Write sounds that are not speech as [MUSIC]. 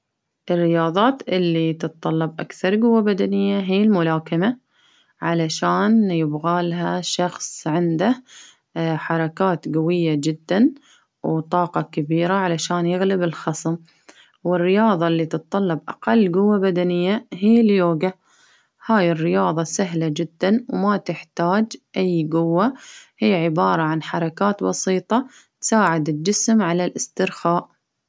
الرياضات اللي تتطلب أكثر قوة بدنية هي الملاكمة، علشان يبغى لها شخص عنده [HESITATION] حركات قوية جدا، وطاقة كبيرة علشان يغلب الخصم، والرياضة اللي تتطلب أقل قوة بدنية هي اليوجا، هاي الرياضة سهلة جدا وما تحتاج أي قوة، هي عبارة عن حركات بسيطة، تساعد الجسم على الإسترخاء.